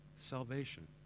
salvation